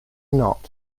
not